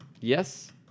Yes